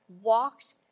walked